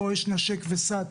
פה יש נשק וסע,